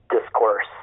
discourse